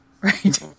Right